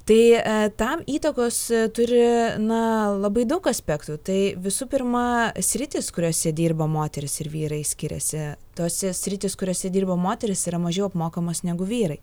tai tam įtakos turi na labai daug aspektų tai visų pirma sritys kuriose dirba moterys ir vyrai skiriasi tos sritys kuriose dirba moterys yra mažiau apmokamos negu vyrai